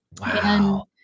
Wow